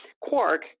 Quark